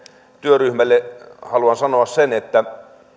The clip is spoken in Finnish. työryhmälle haluan sanoa sen että